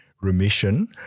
Remission